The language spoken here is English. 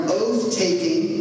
oath-taking